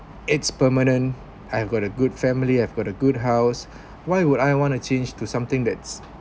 its permanent I've got a good family I've got a good house why would I want to change to something that's